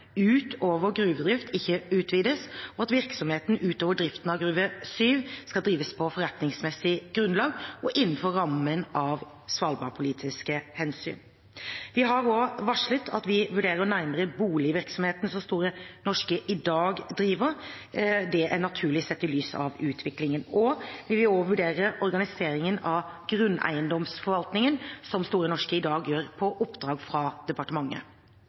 utover gruvedrift ikke utvides, og at virksomheten utover driften av Gruve 7 skal drives på forretningsmessig grunnlag og innenfor rammen av svalbardpolitiske hensyn. Vi har også varslet at vi må vurdere nærmere boligvirksomheten som Store Norske i dag driver. Det er naturlig, sett i lys av utviklingen. Vi vil også vurdere organiseringen av grunneiendomsforvaltningen som Store Norske i dag driver på oppdrag fra departementet.